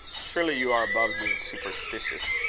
surely you are above being superstitious.